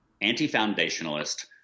anti-foundationalist